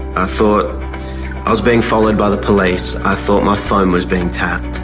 i thought i was being followed by the police, i thought my phone was being tapped.